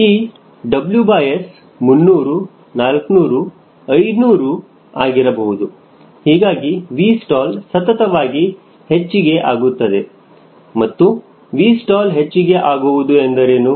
ಈ WS 300 400 500 ಆಗಿರಬಹುದು ಹೀಗಾಗಿ 𝑉stall ಸತತವಾಗಿ ಹೆಚ್ಚಿಗೆ ಆಗುತ್ತದೆ ಮತ್ತು 𝑉stall ಹೆಚ್ಚಿಗೆ ಆಗುವುದು ಎಂದರೇನು